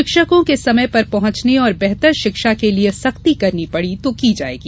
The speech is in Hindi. शिक्षकों के समय पर पहुंचने और बेहतर शिक्षा के लिए सख्ती करनी पड़ी तो की जायेगी